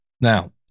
Now